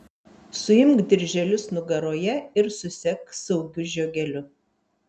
suimk dirželius nugaroje ir susek saugiu žiogeliu